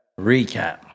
recap